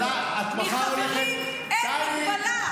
מחברים אין הגבלה.